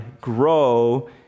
grow